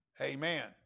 Amen